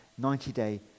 90-day